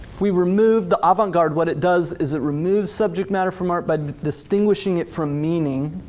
we remove the avant-garde. what it does is it removes subject matter from art but distinguishing it from meaning,